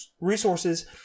resources